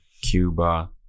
Cuba